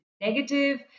negative